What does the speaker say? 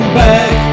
back